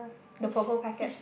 the purple packet